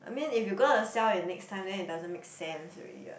I mean if you gonna sell it next time then it doesn't make sense already what